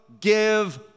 give